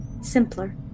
Simpler